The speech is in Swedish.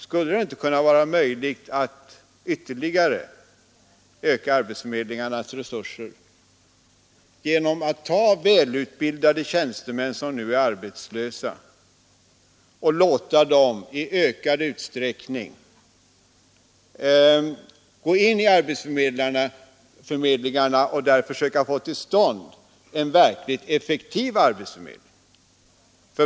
Skulle det inte vara möjligt att ytterligare öka arbetsförmedlingarnas resurser genom att ta välutbildade tjänstemän som nu är arbetslösa och låta dem i ökad utsträckning gå in i arbetsförmedlingarna och där försöka få till stånd en verkligt effektiv arbetsförmedling?